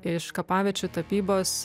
iš kapaviečių tapybos